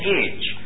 age